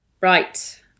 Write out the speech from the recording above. Right